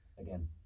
again